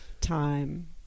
time